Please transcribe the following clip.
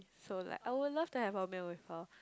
so like I would love to have a meal with her